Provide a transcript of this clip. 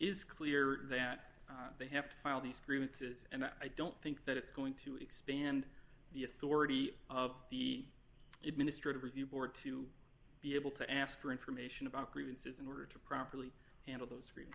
is clear that they have to file these cruises and i don't think that it's going to expand the authority of the administrative review board to be able to ask for information about grievances in order to properly handle those